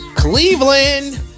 Cleveland